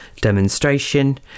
demonstration